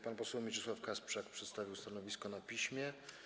Pan poseł Mieczysław Kasprzak przedstawił stanowisko na piśmie.